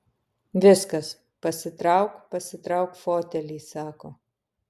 viskas pasitrauk pasitrauk fotelį sako